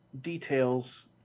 details